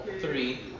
three